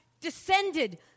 descended